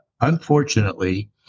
unfortunately